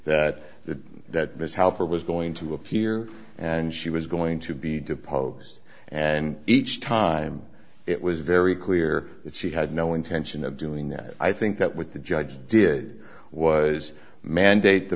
that the that ms helper was going to appear and she was going to be deposed and each time it was very clear that she had no intention of doing that i think that with the judge did was mandate the